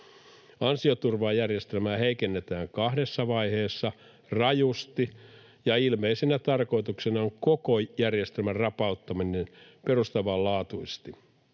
Ansioturvajärjestelmää heikennetään kahdessa vaiheessa rajusti, ja ilmeisenä tarkoituksena on koko järjestelmän rapauttaminen perustavanlaatuisesti.